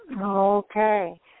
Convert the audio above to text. Okay